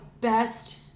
best